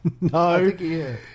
no